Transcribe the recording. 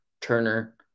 Turner